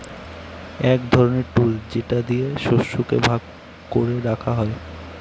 এক ধরনের টুল যেটা দিয়ে শস্যকে ভাগ করে রাখা হয়